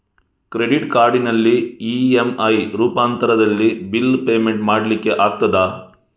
Credit ಕಾರ್ಡಿನಲ್ಲಿ EMI ರೂಪಾಂತರದಲ್ಲಿ bill payment ಮಾಡ್ಲಿಕ್ಕೆ ಆಗ್ತದ?